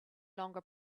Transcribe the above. longer